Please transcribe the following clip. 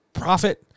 profit